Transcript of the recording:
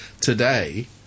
today